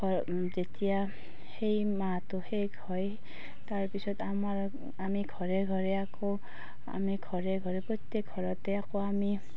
ধৰক যেতিয়া সেই মাহটো শেষ হয় তাৰ পিছত আমাৰ আমি ঘৰে ঘৰে আকৌ আমি ঘৰে ঘৰে প্ৰত্যেক ঘৰতে আকৌ আমি